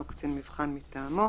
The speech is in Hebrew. או קצין מבחן מטעמו,